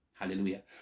Hallelujah